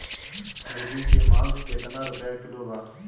मुर्गी के मांस केतना रुपया किलो बा?